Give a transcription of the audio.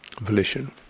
volition